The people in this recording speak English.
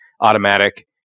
automatic